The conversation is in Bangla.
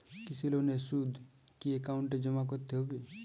কৃষি লোনের সুদ কি একাউন্টে জমা করতে হবে?